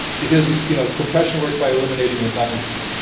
because you know compression works by eliminating redundancy.